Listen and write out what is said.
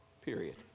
Period